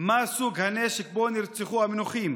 3. מה סוג הנשק שבו נרצחו המנוחים?